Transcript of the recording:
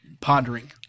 pondering